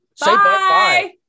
Bye